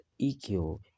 EQ